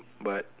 but